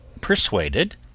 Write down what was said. persuaded